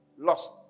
Lost